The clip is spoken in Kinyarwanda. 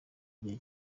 igihe